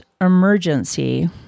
Emergency